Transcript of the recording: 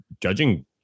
judging